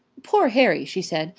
poor harry! she said.